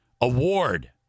award